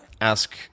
ask